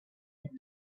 with